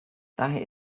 daher